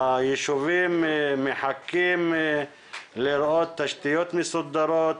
היישובים מחכים לראות תשתיות מסודרות